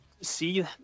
see